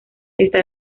está